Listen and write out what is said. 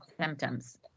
symptoms